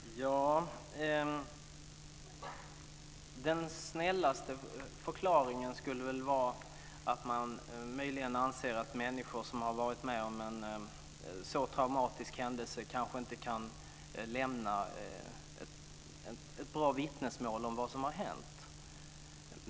Fru talman! Den snällaste förklaringen skulle väl vara att man möjligen anser att människor som har varit med om en så traumatisk händelse kanske inte kan lämna ett bra vittnesmål om vad som har hänt.